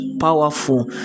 powerful